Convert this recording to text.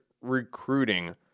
recruiting